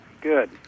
good